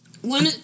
one